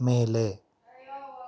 ಮೇಲೆ